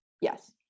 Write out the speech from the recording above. yes